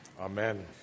Amen